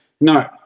No